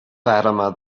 fatima